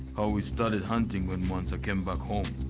we started hunting when mwansa came back home.